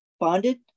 bonded